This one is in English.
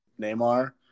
Neymar